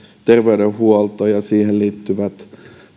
terveydenhuolto ja siihen liittyvät